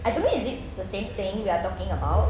I don't know is it the same thing we are talking about